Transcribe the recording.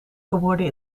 geworden